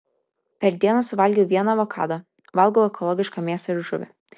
per dieną suvalgau vieną avokadą valgau ekologišką mėsą ir žuvį